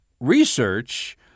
research